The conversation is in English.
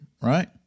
right